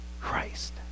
Christ